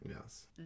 Yes